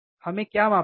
हमें क्या मापना है